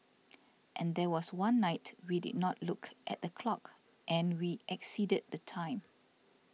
and there was one night we did not look at the clock and we exceeded the time